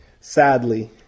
sadly